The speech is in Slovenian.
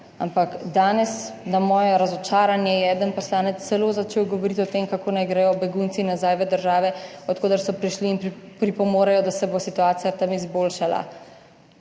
ampak danes na moje razočaranje je eden poslanec celo začel govoriti o tem kako naj gredo begunci nazaj v države od koder so prišli in pripomorejo, da se bo situacija tam izboljšala.